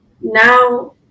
now